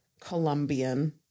Colombian